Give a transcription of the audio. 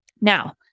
Now